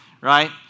Right